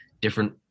different